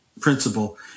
principle